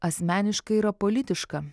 asmeniškai yra politiška